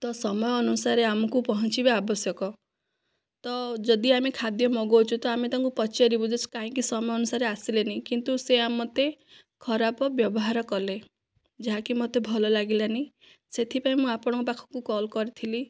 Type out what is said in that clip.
ତ ସମୟ ଅନୁସାରେ ଆମକୁ ପହଁଞ୍ଚିବା ଆବଶ୍ୟକ ତ ଯଦି ଆମେ ଖାଦ୍ୟ ମଗଉଛୁ ତ ଆମେ ତାଙ୍କୁ ପଚାରିବୁ ଯେ କାହିଁକି ସମୟ ଅନୁସାରେ ଆସିଲେନି କିନ୍ତୁ ସେ ଆ ମୋତେ ଖରାପ ବ୍ୟବହାର କଲେ ଯାହାକି ମୋତେ ଭଲ ଲାଗିଲାନି ସେଥିପାଇଁ ମୁଁ ଆପଣଙ୍କ ପାଖକୁ କଲ କରିଥିଲି